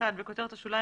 בכותרת השוליים,